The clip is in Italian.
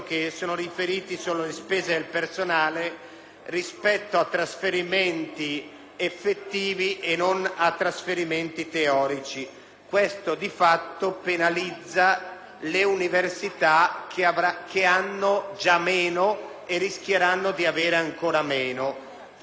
rispetto a trasferimenti effettivi e non a trasferimenti teorici. Questo, di fatto, penalizza le università che hanno già meno e rischiano, in questo modo, di avere ancora meno. In più, l'idea del sorteggio,